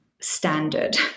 standard